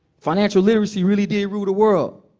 financial literacy really did rule the world,